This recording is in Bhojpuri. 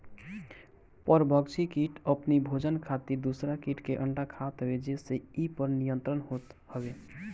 परभक्षी किट अपनी भोजन खातिर दूसरा किट के अंडा खात हवे जेसे इ पर नियंत्रण होत हवे